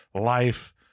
life